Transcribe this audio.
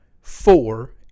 four